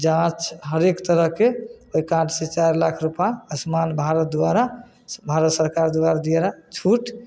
जाँच हरेक तरहके ओहि कार्डसँ चारि लाख रुपैआ आयुष्मान भारत द्वारा भारत सरकार द्वारा छूट